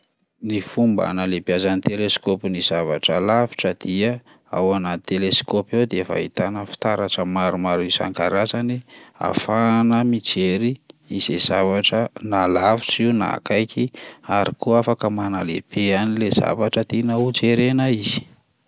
Ny fomba hanalehibiazan'ny teleskaopy ny zavatra lavitra dia ao anaty teleskaopy ao de efa ahitana fitaratra maromaro isan-karazany ahafahana mijery izay zavatra na lavitra io na akaiky ary koa afaka manalehibe an'lay zavatra tiana ho jerena izy.